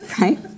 right